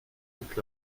toute